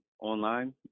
Online